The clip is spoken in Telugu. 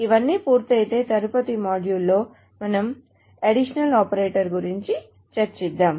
ఇవన్నీ పూర్తయితే తదుపరి మాడ్యూల్లో మనం అడిషనల్ ఆపరేటర్ల గురించి చర్చిద్దాము